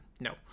No